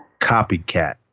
Copycat